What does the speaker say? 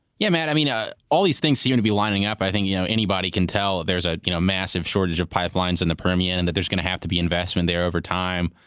yeah i mean ah all these things seem to be lining up. i think you know anybody can tell there's a you know massive shortage of pipelines in the permian and there's going to have to be investment there over time.